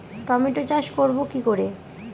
Tomato চাষ করব কি করে?